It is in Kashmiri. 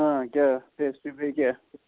کیٛاہ پیٚسٹری بیٚیہِ کیٛاہ